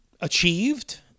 achieved